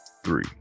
Three